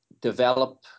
develop